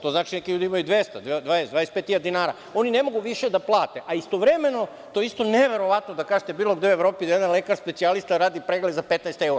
To znači da neki ljudi imaju 200 evra, 25.000 dinara i oni ne mogu više da plate, a istovremeno, to je neverovatno da kažete bilo gde u Evropi da jedan lekar specijalista radi pregled za 15 evra.